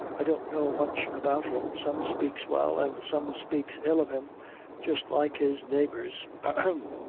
i don't know much about him. some spakes well, and some spakes ill of him just like his neighbors ahem!